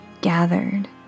gathered